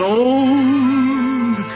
old